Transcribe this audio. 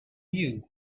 view